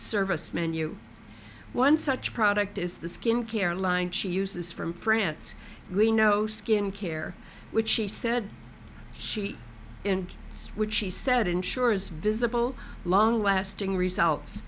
service menu one such product is the skincare line she uses from france we know skincare which she said she in which she said ensures visible long lasting results